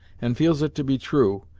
and feels it to be true,